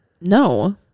No